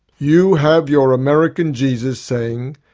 you have your american jesus saying,